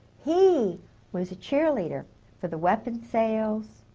he was a cheerleader for the weapons sales.